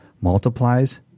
multiplies